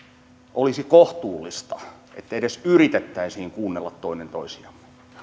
olisi kohtuullista että edes yritettäisiin kuunnella toinen toisiamme myös